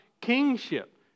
kingship